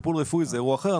טיפול רפואי זה אירוע אחר,